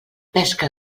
pesca